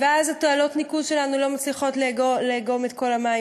ואז תעלות הניקוז שלנו לא מצליחות לאגום את כל המים,